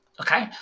okay